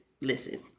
listen